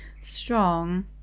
strong